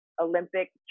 Olympic